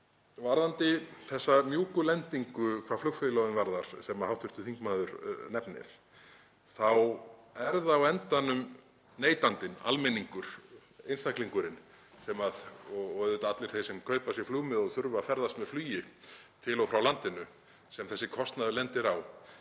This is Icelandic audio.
Varðandi þessa mjúku lendingu hvað flugfélögin varðar sem hv. þingmaður nefnir þá er það á endanum neytandinn, almenningur, einstaklingurinn og auðvitað allir þeir sem kaupa sér flugmiða og þurfa að ferðast með flugi til og frá landinu sem þessi kostnaður lendir á.